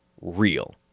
real